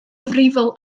gyfrifol